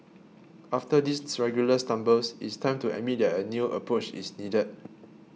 after these regular stumbles it's time to admit a new approach is needed